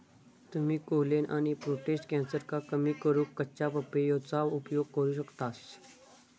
तुम्ही कोलेन आणि प्रोटेस्ट कॅन्सरका कमी करूक कच्च्या पपयेचो उपयोग करू शकतास